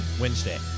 Wednesday